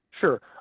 Sure